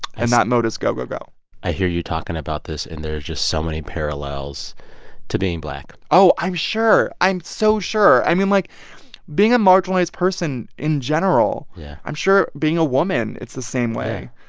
and that mode is go, go, go i hear you talking about this, and there are just so many parallels to being black oh, i'm sure. i'm so sure. i mean, like being a marginalized person in general yeah i'm sure being a woman, it's the same way.